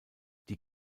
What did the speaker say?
die